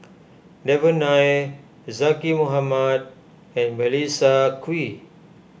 Devan Nair Zaqy Mohamad and Melissa Kwee